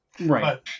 Right